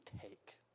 take